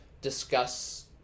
discuss